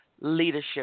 leadership